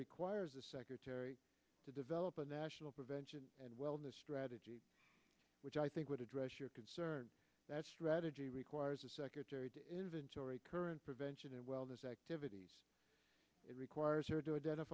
requires the secretary to develop a national prevention and wellness strategy which i think would address your concern that strategy requires a secretary to inventory current prevention and wellness activities it requires or do a de